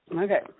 Okay